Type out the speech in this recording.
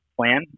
Plan